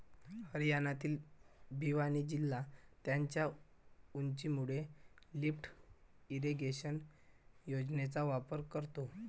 हरियाणातील भिवानी जिल्हा त्याच्या उंचीमुळे लिफ्ट इरिगेशन योजनेचा वापर करतो